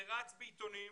זה רץ בעיתונים,